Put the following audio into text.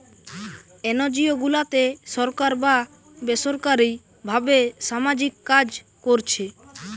NGO গুলাতে সরকার বা বেসরকারী ভাবে সামাজিক কাজ কোরছে